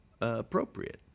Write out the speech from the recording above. appropriate